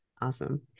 Awesome